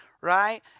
right